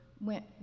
went